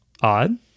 odd